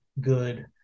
good